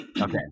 Okay